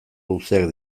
luzeak